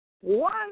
One